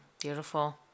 Beautiful